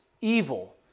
evil